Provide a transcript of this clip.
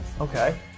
Okay